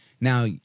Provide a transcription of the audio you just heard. now